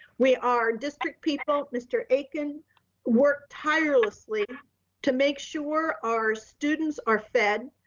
we are district people, mr. aiken worked tirelessly to make sure our students are fed.